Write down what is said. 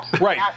Right